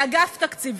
לאגף תקציבים.